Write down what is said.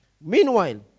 Meanwhile